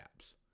apps